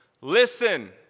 listen